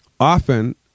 Often